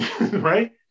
right